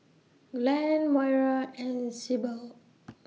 Glenn Moira and Syble